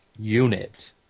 Unit